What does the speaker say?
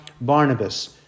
Barnabas